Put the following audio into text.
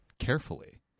carefully